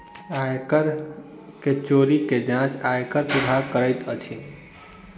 आय कर के चोरी के जांच आयकर विभाग करैत अछि